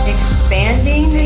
Expanding